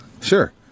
Sure